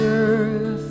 earth